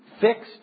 Fixed